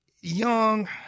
young